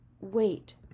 Wait